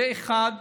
דבר אחד,